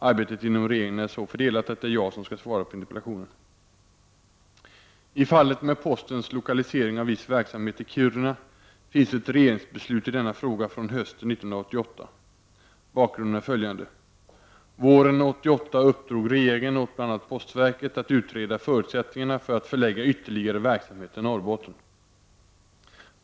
Arbetet inom regeringen är så fördelat att det är jag som skall svara på interpellationen. I fallet med postens lokalisering av viss verksamhet till Kiruna finns ett regeringsbeslut i denna fråga från hösten 1988. Bakgrunden är följande. Våren 1988 uppdrog regeringen åt bl.a. postverket att utreda förutsättningarna för att förlägga ytterligare verksamhet till Norrbotten.